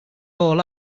fall